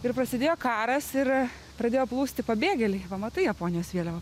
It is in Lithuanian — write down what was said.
ir prasidėjo karas ir pradėjo plūsti pabėgėliai va matai japonijos vėliava